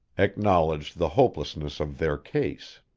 acknowledged the hopelessness of their case.